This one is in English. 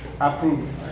approved